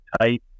type